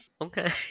Okay